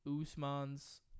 Usman's